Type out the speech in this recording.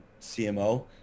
CMO